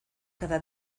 cada